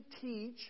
teach